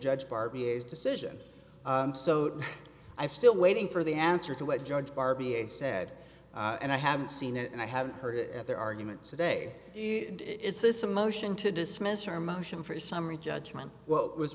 judge barbie is decision so do i still waiting for the answer to what george barbie a said and i haven't seen it and i haven't heard it at their arguments today is this a motion to dismiss or motion for summary judgment what was